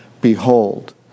Behold